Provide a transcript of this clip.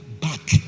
back